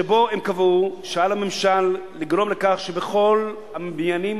שבו הם קבעו שעל הממשל לגרום לכך שבכל הבניינים